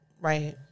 Right